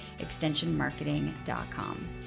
extensionmarketing.com